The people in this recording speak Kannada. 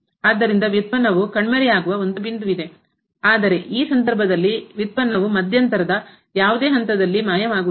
ಆದ್ದರಿಂದ ವ್ಯುತ್ಪನ್ನವು ಕಣ್ಮರೆಯಾಗುವ ಒಂದು ಬಿಂದುವಿದೆ ಆದರೆ ಈ ಸಂದರ್ಭದಲ್ಲಿ ಉತ್ಪನ್ನವು ಮಧ್ಯಂತರದ ಯಾವುದೇ ಹಂತದಲ್ಲಿ ಮಾಯವಾಗುವುದಿಲ್ಲ